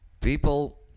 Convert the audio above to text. People